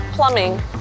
plumbing